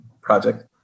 Project